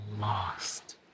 lost